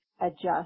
adjust